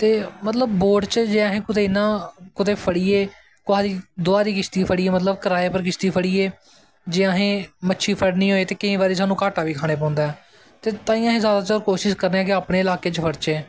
ते मतलब बोट च जे असें कुदै इ'यां कुदै कुदै फड़ियै कुसा दे दुहारी किश्ती फड़ियै मतलब कराए पर किश्ती फड़ियै जे असें मच्छी फड़नी होऐ ते केईं बारी सानूं घाटा बी खाना पौंदा ऐ ते ताइयें अस जादा तू जादा कोशश करने आं कि अस अपने इलाके च फड़चै